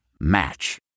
match